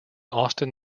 austin